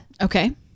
Okay